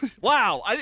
Wow